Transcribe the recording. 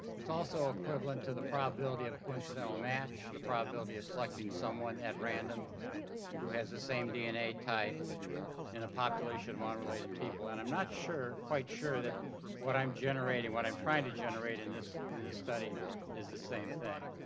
it's also equivalent to the probability of a coincidental match, to the probability of selecting someone at random who has the same dna type in a population of ah unrelated people and i'm not sure quite sure that what i'm generating what i'm trying to generate in this in this study is the same thing.